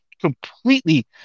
Completely